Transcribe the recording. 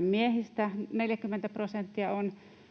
miehistä 40